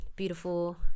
beautiful